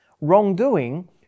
Wrongdoing